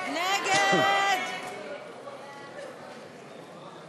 סעיפים 44 55 נתקבלו.